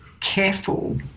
careful